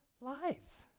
lives